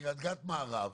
בקרית-גת מערב,